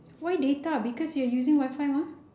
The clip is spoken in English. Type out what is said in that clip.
why data because you're using wi-fi mah